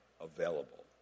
available